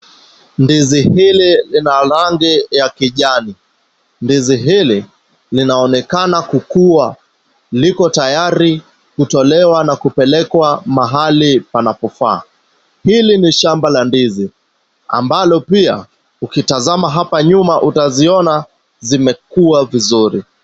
Ndizi hili lina rangi ya kijani. Ndizi hili linaonekana kukua. Liko tayari kutolewa na kupelekwa mahali panapofaa. Hili ni shamba la ndizi, ambalo pia ukitazama hapa nyuma, utaziona zimekua vizuri.